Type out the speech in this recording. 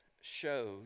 shows